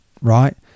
Right